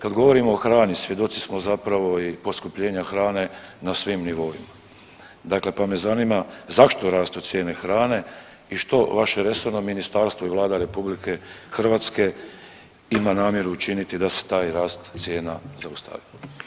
Kad govorimo o hrani svjedoci smo zapravo i poskupljenja hrane na svim nivoima, dakle pa me zanima zašto rastu cijene hrane i što vaše resorno ministarstvo i Vlada RH ima namjeru učiniti da se taj rast cijena zaustavi.